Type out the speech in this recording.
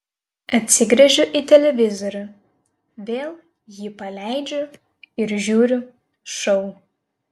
atsigręžiu į televizorių vėl jį paleidžiu ir žiūriu šou